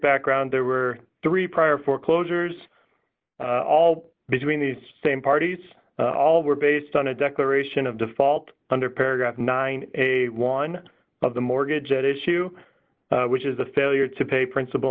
background there were three prior foreclosures all between these same parties all were based on a declaration of default under paragraph nine a one of the mortgage at issue which is the failure to pay principal